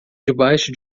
debaixo